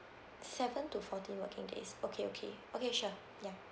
seven to fourteen working days okay okay okay sure ya